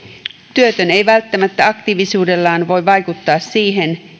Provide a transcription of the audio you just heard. työtön ei välttämättä aktiivisuudellaan voi vaikuttaa siihen